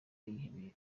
yihebeye